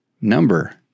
number